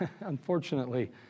unfortunately